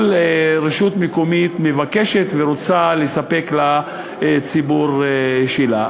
רשות מקומית מבקשת ורוצה לספק לציבור שלה.